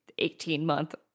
18-month